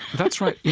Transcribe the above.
that's right.